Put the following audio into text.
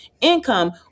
income